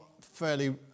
fairly